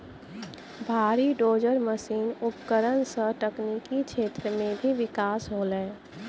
भारी dozer machine उपकरण सें तकनीकी क्षेत्र म भी बिकास होलय